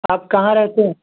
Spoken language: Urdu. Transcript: آپ کہاں رہتے ہیں